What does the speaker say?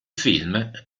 film